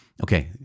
okay